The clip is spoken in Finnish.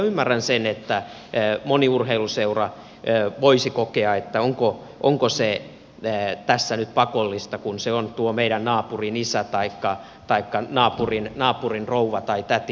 ymmärrän sen että moni urheiluseura voisi kokea että onko se tässä nyt pakollista kun se on tuo meidän naapurin isä taikka naapurin rouva tai täti joka täällä on mukana